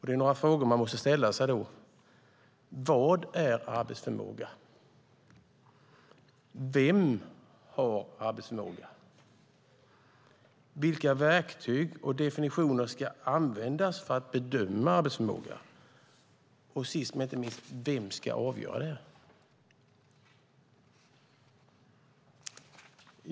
Det är då några frågor som man måste ställa sig: Vad är arbetsförmåga? Vem har arbetsförmåga? Vilka verktyg och definitioner ska användas för att bedöma arbetsförmåga? Och sist men inte minst: Vem ska avgöra det?